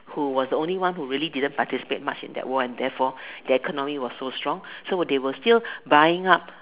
who was only one who really didn't participate much in that war and therefore their economy was so strong so was they were still buying up